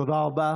תודה רבה.